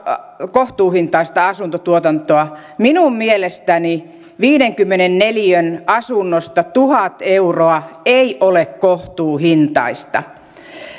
kohtuuhintaista asuntotuotantoa minun mielestäni viidenkymmenen neliön asunnosta tuhat euroa ei ole kohtuuhintaista